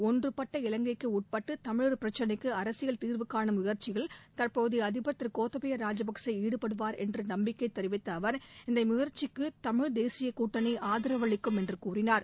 ஒன்றுபட்ட இலங்கைக்கு உட்பட்டு தமிழர் பிரச்னைக்கு அரசியல் தீர்வு காணும் முயற்சியில் தற்போதைய அதிபர் திரு கோத்தபய ராஜபக்சே ஈடுபடுவார் என்று நம்பிக்கை தெரிவித்த அவர் இந்த முயற்சிக்கு தமிழ் தேசிய கூட்டணி ஆதரவளிக்கும் என்று கூறினார்